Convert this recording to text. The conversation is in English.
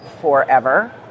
forever